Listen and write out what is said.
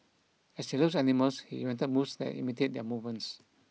as he loves animals he invented moves that imitate their moments